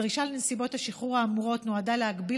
הדרישה לנסיבות השחרור האמורות נועדה להגביל